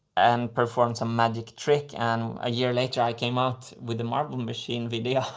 and performed some magic trick, and a year later i came out with the marble machine video,